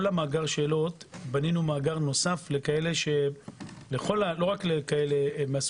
כל מאגר השאלות בנינו מאגר נוסף לכאלה לא רק למבקשי